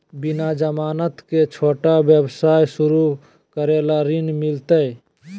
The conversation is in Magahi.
बिना जमानत के, छोटा व्यवसाय शुरू करे ला ऋण मिलतई?